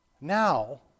Now